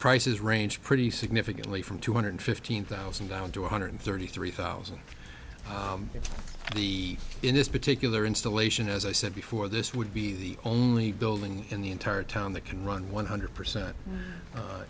prices range pretty significantly from two hundred fifteen thousand down to one hundred thirty three thousand to be in this particular installation as i said before this would be the only building in the entire town that can run one hundred percent